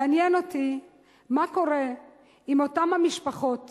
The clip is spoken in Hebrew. מעניין אותי מה קורה עם אותן המשפחות